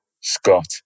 Scott